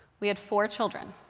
we had four children.